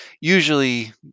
usually